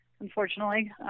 unfortunately